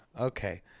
Okay